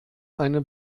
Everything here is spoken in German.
eine